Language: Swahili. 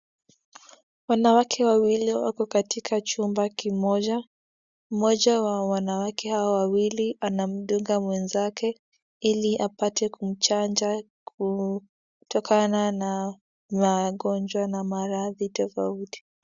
Wanawake wawili wako katika chumba kimoja mmoja wa wanawake hawa wawili anamdunga mwenzake ili apate kumchanja kutokana na magonjwa na maradhi tofauti.